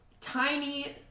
Tiny